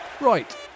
Right